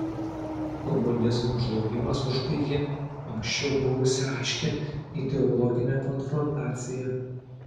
komunizmo žlugimas užbaigė anksčiau buvusią aiškią ideologinę konfrontaciją